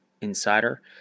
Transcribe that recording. insider